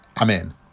Amen